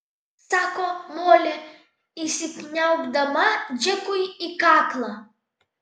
sako molė įsikniaubdama džekui į kaklą